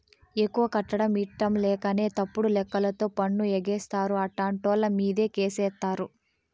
ఎక్కువ కట్టడం ఇట్టంలేకనే తప్పుడు లెక్కలతో పన్ను ఎగేస్తారు, అట్టాంటోళ్ళమీదే కేసేత్తారు